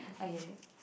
I get it